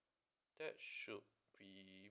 that should be